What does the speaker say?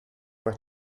per